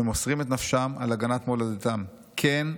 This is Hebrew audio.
שמוסרים את נפשם על הגנת מולדתם, כן,